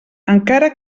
encara